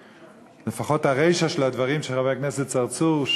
ולפחות הרישה של הדברים של חבר הכנסת צרצור,